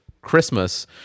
Christmas